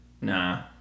Nah